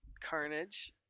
Carnage